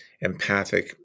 empathic